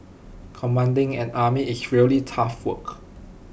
commanding an army is really tough work